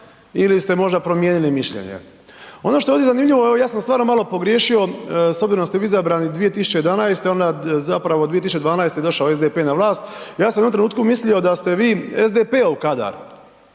ili ste možda promijenili mišljenje? Ono što je ovdje zanimljivo, evo ja sam stvarno malo pogriješio s obzirom da ste vi izabrani 2011. onda zapravo 2012. je došao SDP na vlast, ja sam u jednom trenutku mislio da ste vi SDP-ov kadar,